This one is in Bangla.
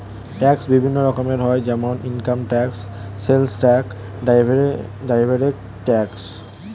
ট্যাক্স বিভিন্ন রকমের হয় যেমন income tax, sales tax, direct tax